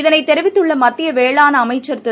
இதனைதெரிவித்துள்ளமத்தியவேளாண் அமைச்சா் திரு